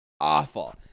awful